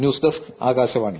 news desk Akashvani